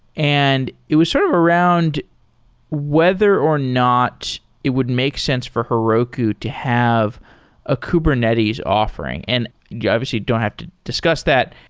and it was sort of around whether or not it would make sense for heroku to have a kubernetes offering. and you obviously don't have to discuss that.